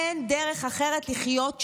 אין דרך אחרת לחיות שם,